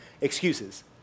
excuses